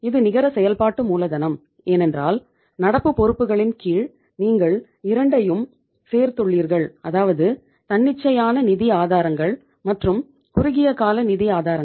இது நிகர செயல்பாட்டு மூலதனம் ஏனென்றால் நடப்பு பொறுப்புகளின் கீழ் நீங்கள் இரண்டையும் சேர்த்துள்ளீர்கள் அதாவது தன்னிச்சையான நிதி ஆதாரங்கள் மற்றும் குறுகிய கால நிதி ஆதாரங்கள்